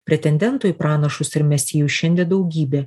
pretendentų į pranašus ir mesijus šiandie daugybė